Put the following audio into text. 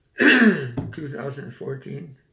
2014